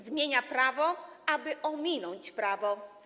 Zmienia prawo, aby ominąć prawo.